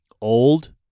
old